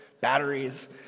batteries